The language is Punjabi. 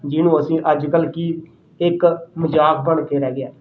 ਜਿਹਨੂੰ ਅਸੀਂ ਅੱਜ ਕੱਲ੍ਹ ਕਿ ਇੱਕ ਮਜ਼ਾਕ ਬਣ ਕੇ ਰਹਿ ਗਿਆ